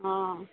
অঁ